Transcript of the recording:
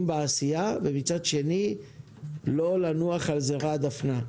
בעשייה ומצד שני לא לנוח על זרי הדפנה.